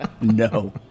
No